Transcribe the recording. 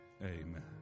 Amen